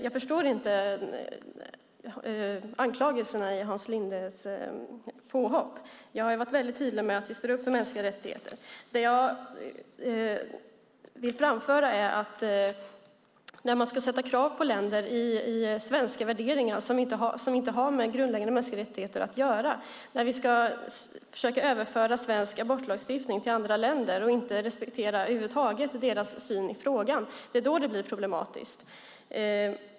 Jag förstår inte anklagelserna i Hans Lindes påhopp. Jag har varit mycket tydlig med att vi står upp för mänskliga rättigheter. Det jag vill framföra är att när man ska ställa krav på länder att ha svenska värderingar som inte har med grundläggande mänskliga rättigheter att göra, när vi ska försöka överföra svensk abortlagstiftning till andra länder och över huvud taget inte respektera deras syn på frågan, då blir det problematiskt.